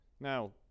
Now